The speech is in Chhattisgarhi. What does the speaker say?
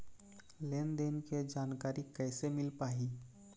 लेन देन के जानकारी कैसे मिल पाही?